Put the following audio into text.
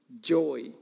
joy